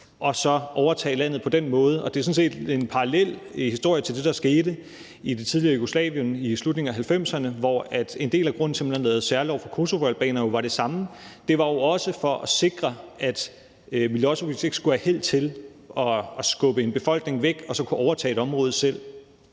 og så overtage landet på den måde. Det er sådan set en parallel historie til det, der skete i det tidligere Jugoslavien i slutningen af 1990'erne, hvor en del af grunden til, at man lavede en særlov for kosovoalbanere jo var den samme, altså for at sikre, at Milosevic ikke skulle have held til at skubbe en befolkning væk og så selv kunne overtage et område. Kl.